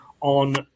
on